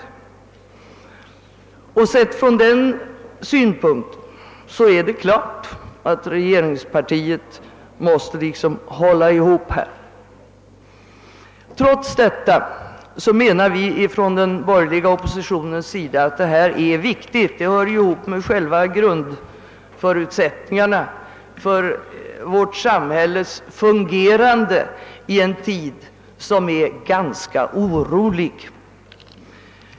Sett från den synpunkten är det klart att regeringspartiet måste hålla ihop. Trots detta menar representanterna för den borgerliga oppositionen att frågan är så viktig att den måste behandlas på annat sätt, därför att den hör ihop med själva grundförutsättningarna för vårt samhälles fungerande i en orolig tid.